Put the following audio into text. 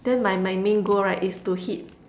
then my my main goal right is to hit